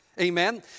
Amen